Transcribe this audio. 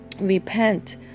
repent